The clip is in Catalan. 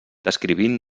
descrivint